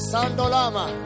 Sandolama